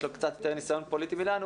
לו קצת יותר ניסיון פוליטי מאשר לנו,